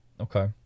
Okay